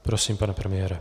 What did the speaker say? Prosím, pane premiére.